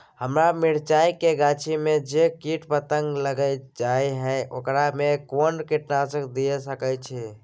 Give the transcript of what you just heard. हमरा मिर्चाय के गाछी में जे कीट पतंग लैग जाय है ओकरा में कोन कीटनासक दिय सकै छी?